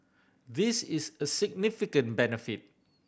this is a significant benefit